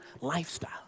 lifestyle